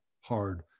hard